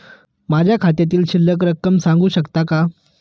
माझ्या खात्यातील शिल्लक रक्कम सांगू शकता का?